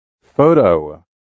photo